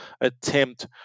attempt